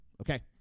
Okay